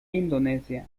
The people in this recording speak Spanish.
indonesia